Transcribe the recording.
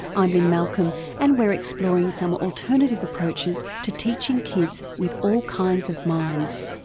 i'm lynne malcolm and we're exploring some alternative approaches to teaching kids with all kinds of minds.